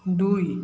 ଦୁଇ